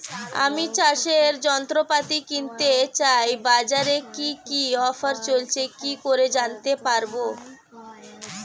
আমি চাষের যন্ত্রপাতি কিনতে চাই বাজারে কি কি অফার চলছে কি করে জানতে পারবো?